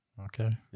Okay